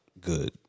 good